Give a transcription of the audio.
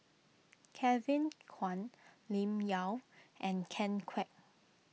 Kevin Kwan Lim Yau and Ken Kwek